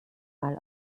mal